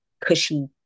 cushy